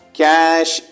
cash